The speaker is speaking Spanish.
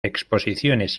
exposiciones